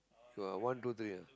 sure one two three ah